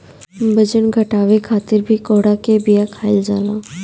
बजन घटावे खातिर भी कोहड़ा के बिया खाईल जाला